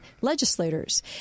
legislators